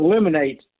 eliminate